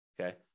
Okay